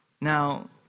Now